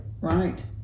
Right